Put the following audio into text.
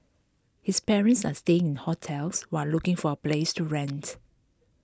his parents are staying in hotels while looking for a place to rent